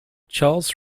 charles